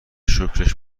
شکرش